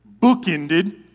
bookended